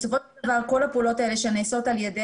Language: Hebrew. בסופו של דבר כול הפעולות שנעשות על ידי